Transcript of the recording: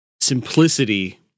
simplicity